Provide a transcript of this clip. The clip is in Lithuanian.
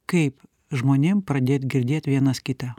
kaip žmonėm pradėt girdėt vienas kitą